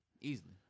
Easily